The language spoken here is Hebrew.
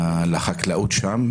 לחקלאות שם.